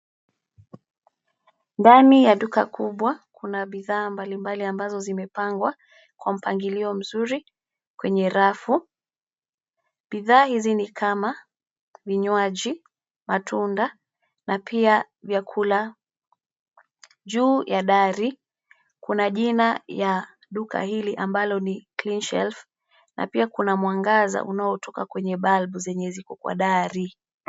Ndani ya duka kubwa, kuna bidhaa mbalimbali ambazo zimepangwa kwa mpangilio mzuri kwenye rafu. Bidhaa hizi ni kama vinywaji, matunda, na pia vyakula. Juu ya dari kuna jina ya duka hili ambalo ni Clean Shelf na pia kuna mwangaza unaotoka kwa balbu zenye ziko kwenye dari.